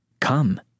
Come